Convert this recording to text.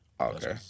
Okay